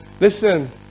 Listen